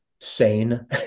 sane